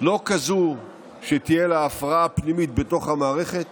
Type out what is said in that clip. לא כזאת שתהיה בה הפרעה פנימית בתוך המערכת